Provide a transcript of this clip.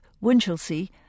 Winchelsea